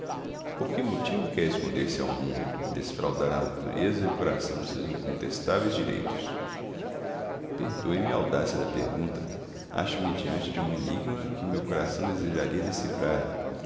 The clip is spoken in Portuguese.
por que motivo quer esconder-se ao mundo e defraudar a natureza e o coração de seus incontestáveis direitos perdoe-me a audácia da pergunta acho-me diante de um enigma que o meu coração desejaria decifrar